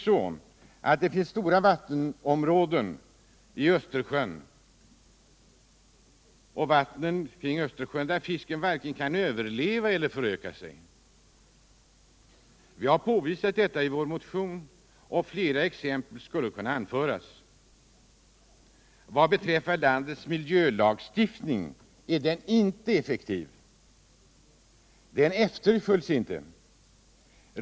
I stora områden i Östersjön och vattnen däromkring kan fisken varken överleva eller föröka sig. Vi har påvisat detta i vår motion, och fler exempel skulle kunna anföras. 10 Vad beträffar landets miljölagsuftning måste man säga att den inte är effektiv. Den efterföljs inte.